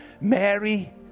Mary